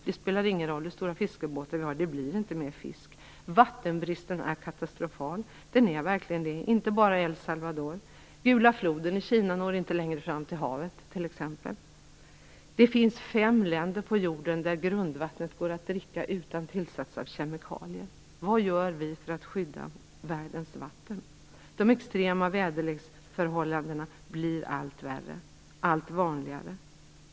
Det spelar ingen roll hur stora fiskebåtar vi har; det blir inte mer fisk. Vattenbristen är katastrofal. Den är verkligen det, inte bara i El Salvador. Gula Floden i Kina når inte längre fram till havet. Det finns fem länder på jorden där grundvattnet går att dricka utan tillsats av kemikalier. Vad gör vi för att skydda världens vatten? De extrema väderleksförhållandena blir allt värre och allt vanligare.